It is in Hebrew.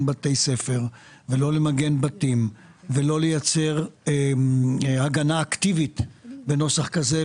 בתי ספר ולא למגן בתים ולא לייצר הגנה אקטיבית בנוסח כזה,